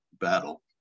battle